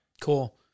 Cool